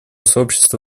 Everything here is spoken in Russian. сообщества